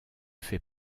fait